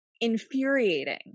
infuriating